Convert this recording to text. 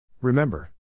Remember